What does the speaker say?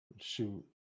Shoot